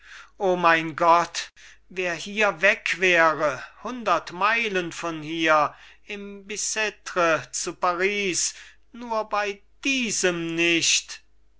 o mein gott wer hier weg wäre hundert meilen von hier im bictre zu paris nur bei diesem nicht